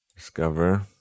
discover